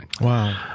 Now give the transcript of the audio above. Wow